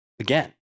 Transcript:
again